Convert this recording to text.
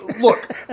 look